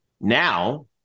now